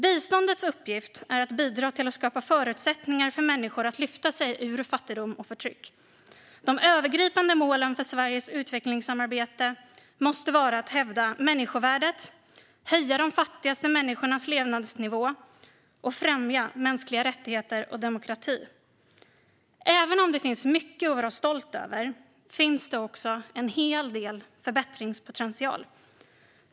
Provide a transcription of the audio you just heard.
Biståndets uppgift är bidra till att skapa förutsättningar för människor att lyfta sig ur fattigdom och förtryck. De övergripande målen för Sveriges utvecklingssamarbete måste vara att hävda människovärdet, höja de fattigaste människornas levnadsnivå och främja mänskliga rättigheter och demokrati. Även om det finns mycket att vara stolt över finns också en hel del förbättringspotential.